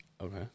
Okay